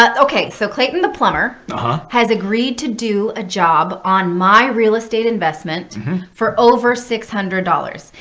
ah ok. so clayton the plumber ah has agreed to do a job on my real estate investment for over six hundred dollars.